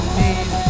need